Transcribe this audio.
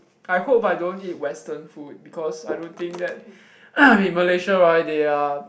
I hope I don't eat western food because I don't think that in Malaysia right they are